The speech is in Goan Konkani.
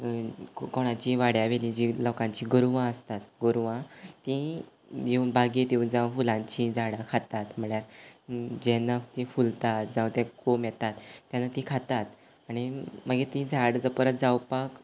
को कोणाचीं वाड्या वेलीं जीं लोकांचीं गोरवां आसतात गोरवां तीं येवं बागेत येवं जावं फुलांचीं झाडां खातात म्हळ्ळ्यार जेन्ना तीं फुलतात जावं ते कोंब येतात तेन्ना तीं खातात आनी मागी तीं झाड ज परत जावपाक